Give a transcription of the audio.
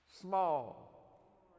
small